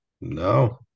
No